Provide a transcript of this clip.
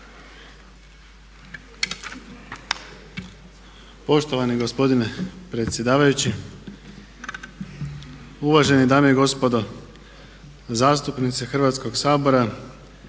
Poštovani gospodine predsjedavajući, uvažene dame i gospodo zastupnici Hrvatskoga sabora.